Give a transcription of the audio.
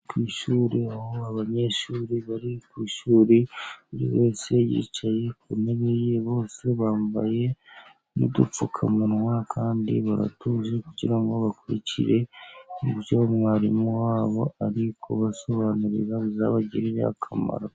Ku ishuri aho abanyeshuri bari ku ishuri, buri wese yicaye ku ntebe ye, bose bambaye udupfukamunwa kandi baratuje, kugira ngo bakurikire ibyo mwarimu wabo ari kubasobanurira bizabagirira akamaro.